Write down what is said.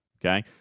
okay